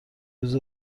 روز